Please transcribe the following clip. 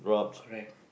correct